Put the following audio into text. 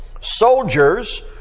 Soldiers